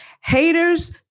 Haters